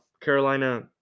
Carolina